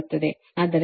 ಆದ್ದರಿಂದ QL11867